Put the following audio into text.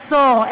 עשור.